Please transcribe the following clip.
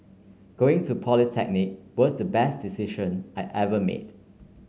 going to polytechnic was the best decision I ever made